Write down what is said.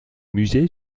musée